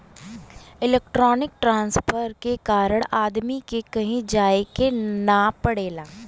electronic transfer के कारण आदमी के कहीं जाये के ना पड़ेला